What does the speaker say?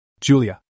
Julia